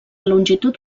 longitud